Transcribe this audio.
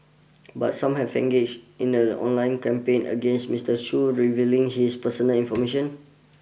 but some have engaged in an online campaign against Mister Chew revealing his personal information